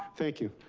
thank you.